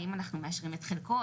האם אנחנו מאשרים את חלקו,